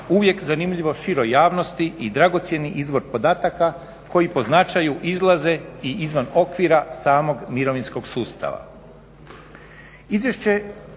uvijek zanimljivo široj javnosti i dragocjeni izvor podataka koji po značaju izlaze i izvan okvira samog mirovinskog sustava.